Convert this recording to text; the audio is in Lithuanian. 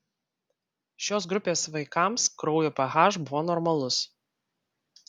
šios grupės vaikams kraujo ph buvo normalus